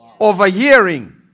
Overhearing